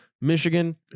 Michigan